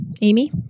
Amy